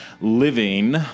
Living